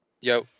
Yo